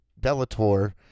bellator